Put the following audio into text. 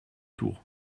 tour